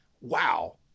Wow